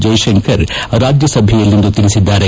ಜೈಶಂಕರ್ ರಾಜ್ಯಸಭೆಯಲ್ಲಿಂದು ತಿಳಿಸಿದ್ದಾರೆ